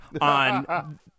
on